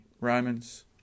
Romans